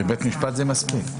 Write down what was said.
בבית משפט זה מספיק.